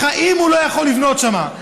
בחיים הוא לא יכול לבנות שם.